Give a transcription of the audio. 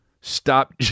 Stop